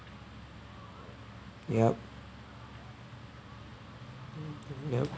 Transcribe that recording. yup yup